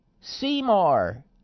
Seymour